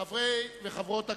חברי וחברות הכנסת,